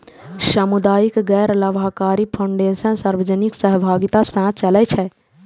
सामुदायिक गैर लाभकारी फाउंडेशन सार्वजनिक सहभागिता सं चलै छै